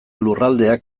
lurraldeak